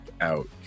out